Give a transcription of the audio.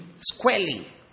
squarely